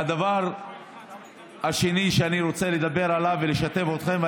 והדבר השני שאני רוצה לדבר עליו ולשתף אתכם,